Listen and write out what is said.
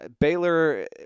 Baylor